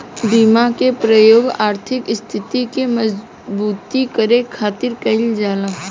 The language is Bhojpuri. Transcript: बीमा के प्रयोग आर्थिक स्थिति के मजबूती करे खातिर कईल जाला